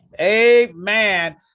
amen